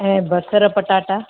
ऐं बसरु पटाटा